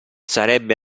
sarebbe